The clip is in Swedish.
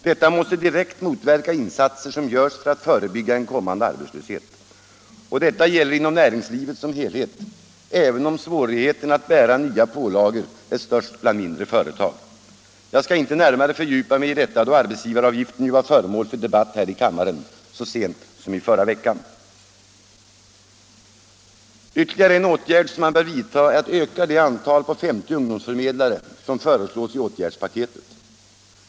Detta måste direkt motverka insatser som görs för att förebygga en kommande arbetslöshet, och detta gäller inom näringslivet som helhet, även om svårigheterna att bära nya pålagor är störst bland mindre företag. Jag skall inte närmare fördjupa mig i detta, då arbetsgivaravgiften ju var föremål för debatt här i kammaren så sent som i förra veckan. En femte åtgärd som bör vidtas är att öka det antal på 50 ungdomsförmedlare som föreslås i åtgärdspaketet.